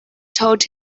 told